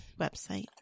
website